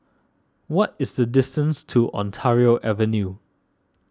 what is the distance to Ontario Avenue